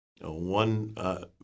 one